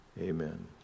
Amen